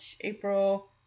April